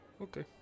Okay